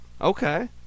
Okay